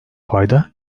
fayda